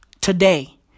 today